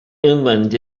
inland